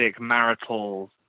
marital